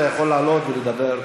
אתה יכול לעלות ולדבר.